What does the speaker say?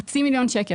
חצי מיליון שקלים.